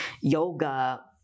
yoga